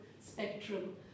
spectrum